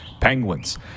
Penguins